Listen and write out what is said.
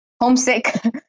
homesick